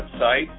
website